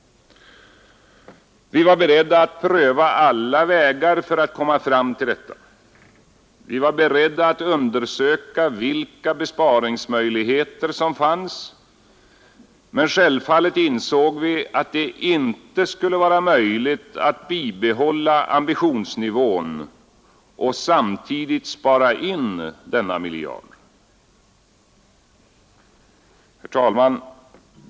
Vi var beredda att pröva alla vägar för att komma fram till detta. Vi var beredda att undersöka vilka besparingsmöjligheter som fanns, men självfallet insåg vi att det inte skulle vara möjligt att bibehålla ambitionsnivån och samtidigt spara in denna miljard.